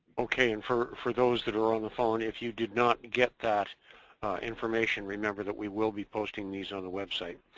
okay, and for for those that are on the phone, if you did not get that information, remember that we will be posting these on the website.